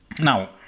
Now